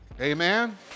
Amen